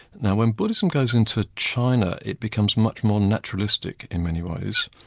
now when buddhism goes into china it becomes much more naturalistic in many ways.